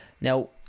Now